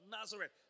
Nazareth